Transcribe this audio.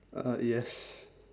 uh yes